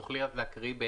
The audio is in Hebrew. תוכלי להקריא את